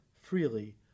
freely